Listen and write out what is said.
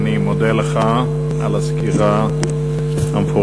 אני מודה לך על הסקירה המפורטת.